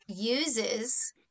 uses